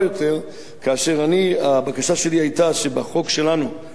הבקשה שלי היתה שבחוק שלנו, חוק לשון הרע,